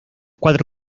cuatro